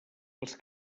els